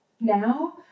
now